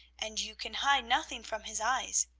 and you can hide nothing from his eyes.